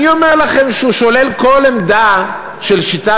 אני אומר לכם שהוא שולל כל עמדה של שיטה